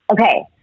Okay